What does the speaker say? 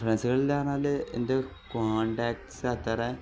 ഫ്രണ്ട്സുകളൾ ഇല്ലാ എന്ന് പറഞ്ഞാൽ എൻ്റെ കോൺടാക്ട്സ് അത്രയും